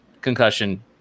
concussion